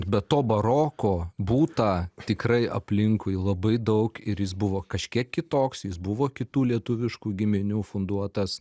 be to baroko būta tikrai aplinkui labai daug ir jis buvo kažkiek kitoks jis buvo kitų lietuviškų giminių funduotas